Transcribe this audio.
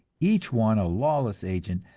each one a lawless agent,